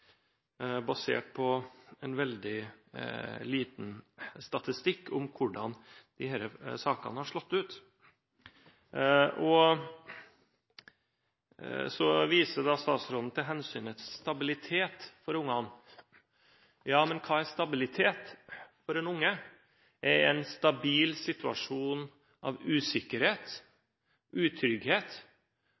basert på en veldig liten statistikk over hvordan disse sakene har slått ut. Statsråden viser til hensynet til stabilitet for ungene, men hva er stabilitet for en unge? Er en stabil situasjon av usikkerhet og utrygghet,